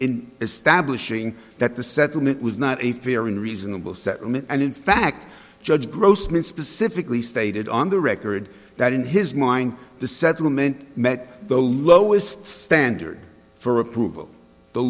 establishing that the settlement was not a fair and reasonable settlement and in fact judge grossman specifically stated on the record that in his mind the settlement met the lowest standard for approval the